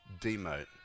demote